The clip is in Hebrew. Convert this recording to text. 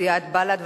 סיעת בל"ד.